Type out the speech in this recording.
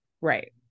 right